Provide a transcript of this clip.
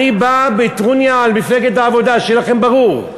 אני בא בטרוניה אל מפלגת העבודה, שיהיה לכם ברור.